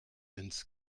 ins